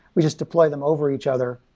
we just deploy them over each other,